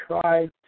try